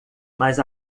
mas